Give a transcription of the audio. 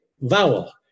vowel